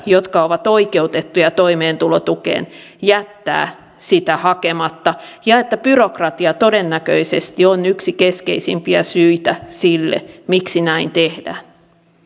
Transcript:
jotka ovat oikeutettuja toimeentulotukeen jättää sitä hakematta ja että byrokratia todennäköisesti on yksi keskeisimpiä syitä siihen miksi näin tehdään